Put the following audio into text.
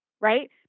right